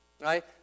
right